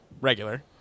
regular